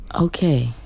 Okay